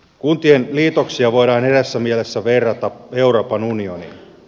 kuntien liitoksia voidaan eräässä mielessä verrata euroopan unioniin